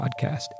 podcast